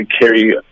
carry